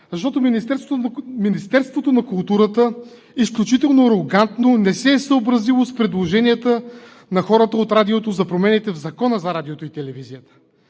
защото Министерството на културата изключително арогантно не се е съобразило с предложенията на хората от Радиото за промените в Закона за радиото и телевизията.